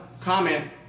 comment